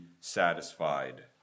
satisfied